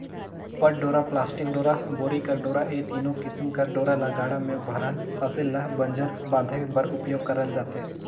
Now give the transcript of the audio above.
पट डोरा, पलास्टिक डोरा, बोरी कर डोरा ए तीनो किसिम कर डोरा ल गाड़ा मे भराल फसिल ल बंजर बांधे बर उपियोग करल जाथे